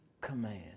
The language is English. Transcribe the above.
command